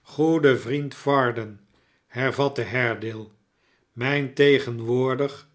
goede vriend varden hervatte haredaie mijn tegenwoordig